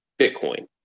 Bitcoin